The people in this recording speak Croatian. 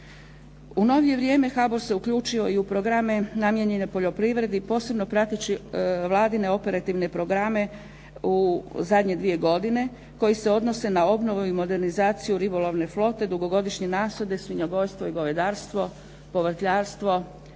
U novije vrijeme HBOR se uključio i u programe namijenjene poljoprivredi posebno prateći Vladine operativne programe u zadnje dvije godine koji se odnose na obnovu i modernizaciju ribolovne flote, dugogodišnje nasade, svinjogojstvo i govedarstvo, povrtlarstvo,